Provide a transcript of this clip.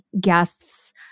guests